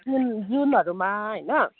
जुन जुनहरूमा होइन